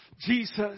Jesus